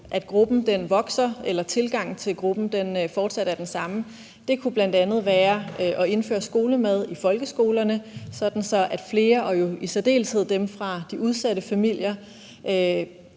at gruppen vokser, eller at tilgangen til gruppen fortsat er den samme, kunne bl.a. være at indføre skolemad i folkeskolerne, sådan at flere og i særdeleshed dem fra de udsatte familier